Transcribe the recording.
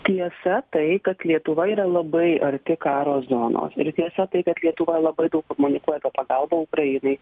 tiesa tai kad lietuva yra labai arti karo zonos ir tiesa tai kad lietuva labai daug komunikuoja apie pagalbą ukrainai